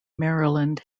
maryland